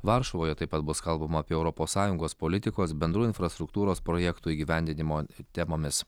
varšuvoje taip pat bus kalbama apie europos sąjungos politikos bendrų infrastruktūros projektų įgyvendinimo temomis